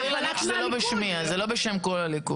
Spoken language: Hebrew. סביר להניח שזה לא בשמי, אז זה לא בשם כל הליכוד.